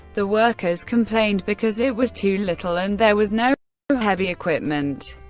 the workers complained, because it was too little and there was no heavy equipment.